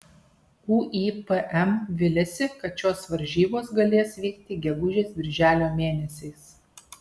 uipm viliasi kad šios varžybos galės vykti gegužės birželio mėnesiais